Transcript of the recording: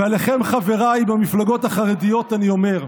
ואליכם, חבריי במפלגות החרדיות, אני אומר: